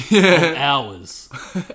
hours